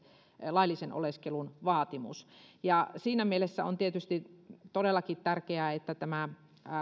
laillisen oleskelun vaatimus niin siinä mielessä on tietysti todellakin tärkeää että tämä